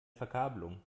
verkabelung